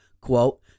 quote